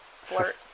flirt